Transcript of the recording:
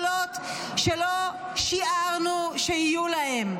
עם יכולות שלא שיערנו שיהיו להם.